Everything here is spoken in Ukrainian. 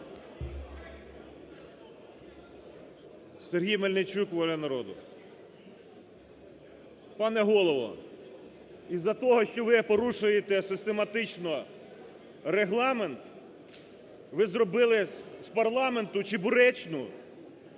Сергій Мельничук, "Воля народу". Пане Голово, із-за того, що ви порушуєте систематично Регламент, ви зробили з парламенту чебуречну